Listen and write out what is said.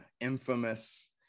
infamous